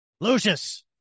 Lucius